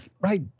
right